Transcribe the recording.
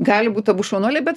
gali būt abu šaunuoliai bet